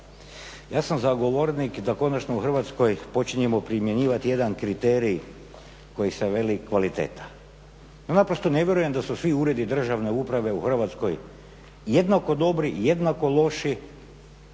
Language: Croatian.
Ja sam zagovornik da konačno u Hrvatskoj počinjemo primjenjivati jedan kriterij koji se veli kvaliteta. Ja naprosto ne vjerujem da su svi Uredi državne uprave u Hrvatskoj jednako dobri i jednako loši,